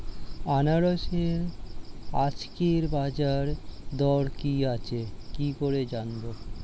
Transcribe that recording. আনারসের আজকের বাজার দর কি আছে কি করে জানবো?